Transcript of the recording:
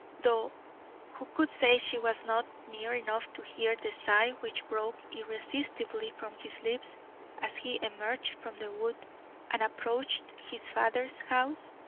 though who could say she was not near enough to hear the sigh which broke irresistibly from his lips as he emerged from the wood and approached his father's house?